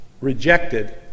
rejected